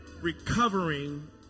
Recovering